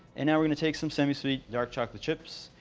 and now we're going to take some semi-sweet dark chocolate chips,